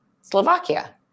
Slovakia